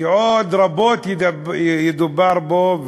שעוד רבות ידובר בו,